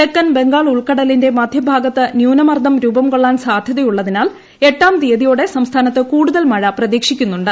തെക്കൻ ബംഗാൾ ഉൾക്കടലിന്റെ മധ്യഭാഗത്ത് ന്യൂനമർദ്ദം രൂപംകൊള്ളാൻ സാധ്യതയുള്ളതിനാൽ എട്ടാം തീയതിയോടെ സംസ്ഥാനത്ത് കൂടുതൽ മഴ പ്രതീക്ഷിക്കുന്നുണ്ട്